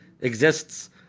exists